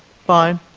fine.